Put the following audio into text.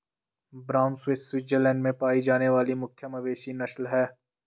brown Swiss Switzerland में पाई जाने वाली मुख्य मवेशी नस्ल है